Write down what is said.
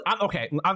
Okay